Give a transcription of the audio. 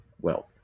wealth